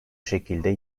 şekilde